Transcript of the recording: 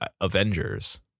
Avengers